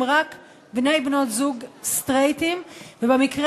הם רק בני-זוג ובנות-זוג סטרייטים ובמקרה